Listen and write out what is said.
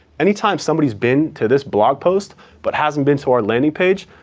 anytime somebody's been to this blog post but hasn't been to our landing page,